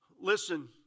Listen